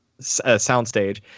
soundstage